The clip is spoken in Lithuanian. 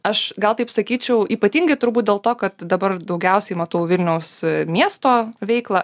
aš gal taip sakyčiau ypatingai turbūt dėl to kad dabar daugiausiai matau vilniaus miesto veiklą